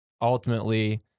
ultimately